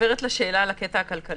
לשאלה על הקטע הכלכלי.